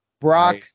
Brock